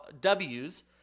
Ws